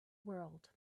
world